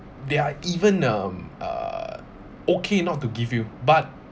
they are even um uh okay not to give you but